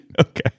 Okay